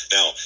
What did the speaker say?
Now